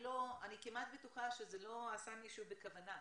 אני כמעט בטוחה שמישהו לא עשה את זה בכוונה,